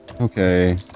Okay